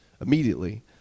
Immediately